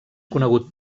conegut